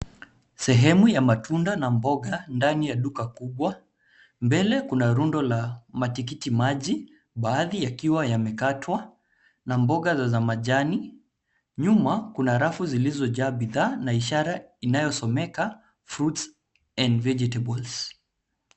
Sehemu ya matunda na mboga ndani ya duka kubwa. Mbele kuna rundo la matikiti maji baadhi yakiwa yamekatwa na mboga za majani. Nyuma kuna rafu zilizojaa bidhaa na ishara inayosomeka fruits and vegetables .